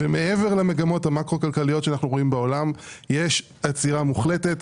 מעבר למגמות המקרו כלכליות שאנו רואים בעולם יש עצירה מוחלטת.